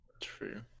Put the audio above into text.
True